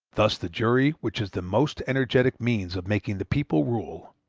thus the jury, which is the most energetic means of making the people rule,